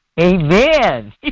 amen